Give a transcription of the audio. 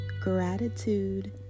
gratitude